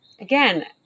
again